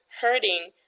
hurting